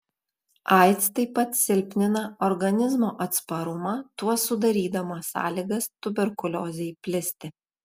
aids taip pat silpnina organizmo atsparumą tuo sudarydama sąlygas tuberkuliozei plisti